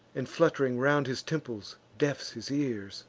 and, flutt'ring round his temples, deafs his ears